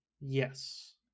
Yes